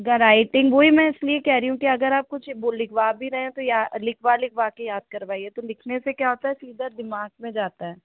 गर राइटिंग वो ही मैं इसलिए कह रही हूँ कि अगर आप कुछ वो लिखवा भी रहे हैं तो या लिखवा लिखवा के याद करवाइए तो लिखने से क्या होता है सीधा दिमाग में जाता है